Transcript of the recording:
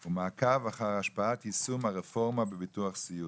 הוא מעקב אחר השפעת יישום הרפורמה בביטוח סיעוד.